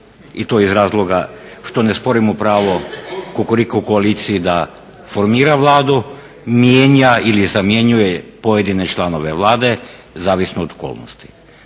i to iz razloga što ne sporimo pravo Kukuriku koaliciji da formira Vladu, mijenja ili zamjenjuje pojedine članove Vlade zavisno od okolnosti.